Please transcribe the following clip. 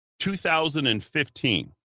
2015